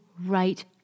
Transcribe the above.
right